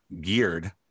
geared